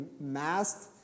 masked